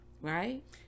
Right